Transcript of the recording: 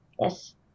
Yes